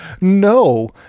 no